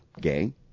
gay